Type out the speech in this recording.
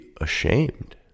ashamed